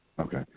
Okay